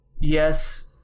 yes